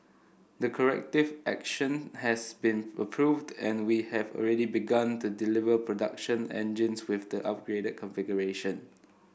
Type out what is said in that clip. the corrective action has been approved and we have already begun to deliver production engines with the upgraded configuration